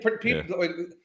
people